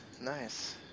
Nice